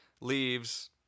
leaves